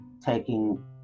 taking